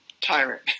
tyrant